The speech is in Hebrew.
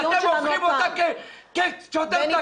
אבל על תקיפת שוטר אתם הופכים אותה ששוטר תקף.